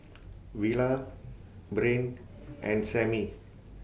Villa Brain and Samie